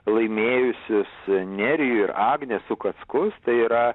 laimėjusius nerijų ir agnę sukatskus tai yra